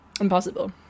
Impossible